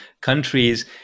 countries